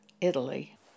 Italy